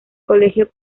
colegio